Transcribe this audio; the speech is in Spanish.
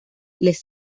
les